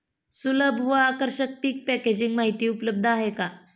सुलभ व आकर्षक पीक पॅकेजिंग माहिती उपलब्ध आहे का?